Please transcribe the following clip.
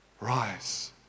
rise